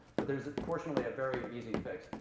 but there's fortunately a very easy fix.